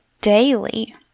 daily